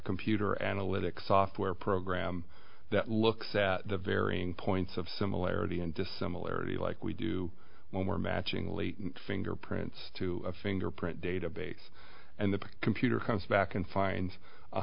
computer analytic software program that looks at the varying points of similarity and just similarity like we do when we're matching lee fingerprints to a fingerprint database and the computer comes back and find